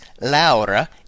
Laura